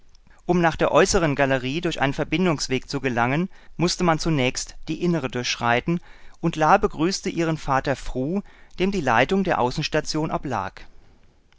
um nach der äußeren galerie durch einen verbindungsweg zu gelangen mußte man zunächst die innere durchschreiten und la begrüßte ihren vater fru dem die leitung der außenstation oblag